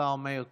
לשר מאיר כהן,